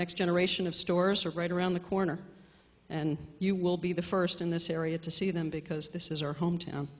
next generation of stores are right around the corner and you will be the first in this area to see them because this is our home town